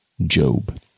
Job